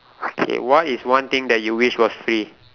okay what is one thing that you wished was free